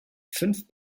fünf